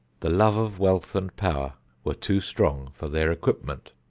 the love of wealth and power were too strong for their equipment,